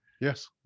Yes